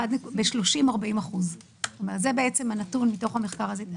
ב-30% 40%. זה הנתון מתוך המחקר הזה.